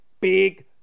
big